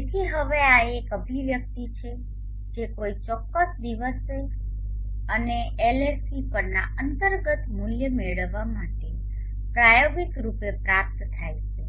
તેથી હવે આ કે એક અભિવ્યક્તિ છે જે કોઈ ચોક્કસ દિવસે અને LSC પરના અંતર્ગત મૂલ્ય મેળવવા માટે પ્રયોગિક રૂપે પ્રાપ્ત થાય છે